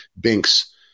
binks